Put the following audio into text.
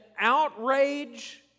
outrage